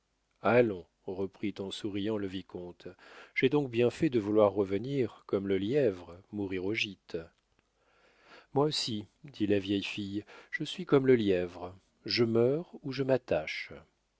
allons reprit en souriant le vicomte j'ai donc bien fait de vouloir revenir comme le lièvre mourir au gîte moi aussi dit la vieille fille je suis comme le lièvre je meurs où je m'attache